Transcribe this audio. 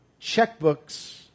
checkbooks